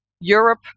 Europe